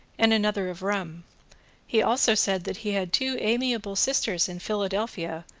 and another of rum he also said that he had two amiable sisters in philadelphia,